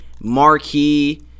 marquee